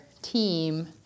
Team